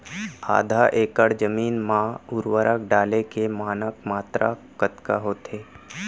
आधा एकड़ जमीन मा उर्वरक डाले के मानक मात्रा कतका होथे?